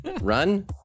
Run